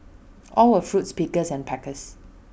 all were fruits pickers and packers